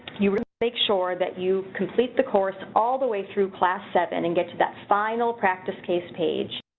you make sure that you complete the course all the way through class seven and get to that final practice case page,